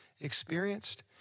experienced